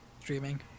streaming